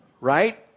right